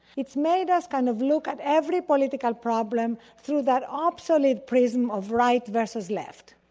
it's made us kind of look at every political problem through that obsolete prism of right versus left.